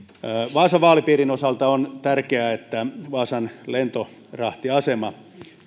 vaasan vaalipiirin osalta on tärkeää että vaasan lentorahtiaseman